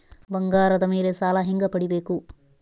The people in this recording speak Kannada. ಬಂಗಾರದ ಮೇಲೆ ಸಾಲ ಹೆಂಗ ಪಡಿಬೇಕು?